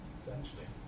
essentially